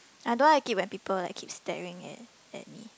I don't like it when people like keep staring at at me